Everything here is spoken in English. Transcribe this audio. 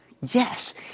Yes